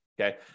okay